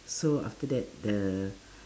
so after that the